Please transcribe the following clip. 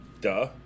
Duh